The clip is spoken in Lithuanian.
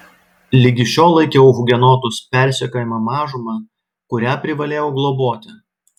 ligi šiol laikiau hugenotus persekiojama mažuma kurią privalėjau globoti